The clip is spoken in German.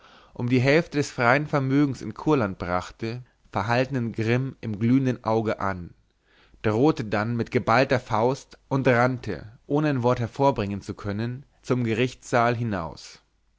um die hälfte des freien vermögens in kurland brachte verhaltenen grimm im glühenden auge an drohte dann mit geballter faust und rannte ohne ein wort hervorbringen zu können zum gerichtssaal hinaus